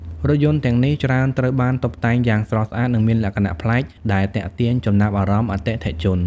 រថយន្តទាំងនេះច្រើនត្រូវបានតុបតែងយ៉ាងស្រស់ស្អាត និងមានលក្ខណៈប្លែក ដែលទាក់ទាញចំណាប់អារម្មណ៍អតិថិជន។